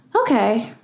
Okay